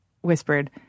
whispered